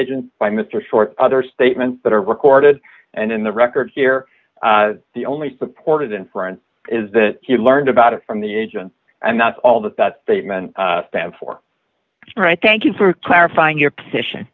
agent by mr short other statements that are recorded and in the record here the only supported inference is that he learned about it from the agents and that's all that that statement stands for right thank you for clarifying your position